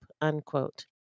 unquote